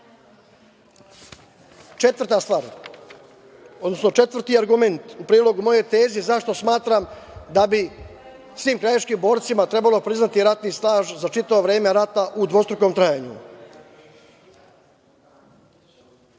penzije. Četvrta stvar, odnosno četvrti argument u prilog mojoj tezi zašto smatram da bi svi krajiški borcima trebalo priznati ratni staž za čitavo vreme rata u dvostrukom trajanju.